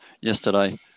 yesterday